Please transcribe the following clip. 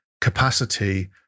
Capacity